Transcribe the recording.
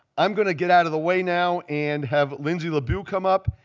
i'm going to get out of the way now and have lindsay lobue come up,